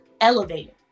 elevated